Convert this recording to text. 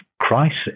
crisis